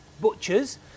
butchers